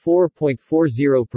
4.40%